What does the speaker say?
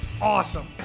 awesome